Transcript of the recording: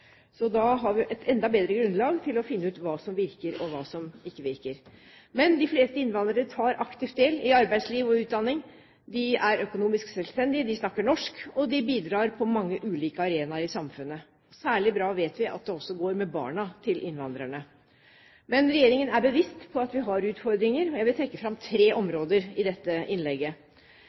Så da har vi et enda bedre grunnlag til å finne ut hva som virker, og hva som ikke virker. Men de fleste innvandrere tar aktivt del i arbeidsliv og utdanning. De er økonomisk selvstendige, de snakker norsk, og de bidrar på mange ulike arenaer i samfunnet. Særlig bra vet vi at det også går med barna til innvandrerne. Regjeringen er bevisst på at vi har utfordringer, og jeg vil trekke fram tre områder i dette innlegget.